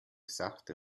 sachte